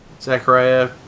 Zachariah